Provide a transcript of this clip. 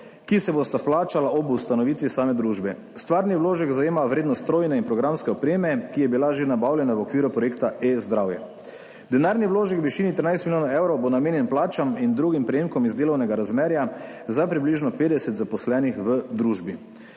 ki se bosta plačala ob ustanovitvi same družbe. Stvarni vložek zajema vrednost strojne in programske opreme, ki je bila že nabavljena v okviru projekta e-zdravje. Denarni vložek v višini 13 milijonov evrov bo namenjen plačam in drugim prejemkom iz delovnega razmerja za približno 50 zaposlenih v družbi.